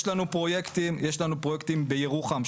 יש לנו פרויקטים בירוחם,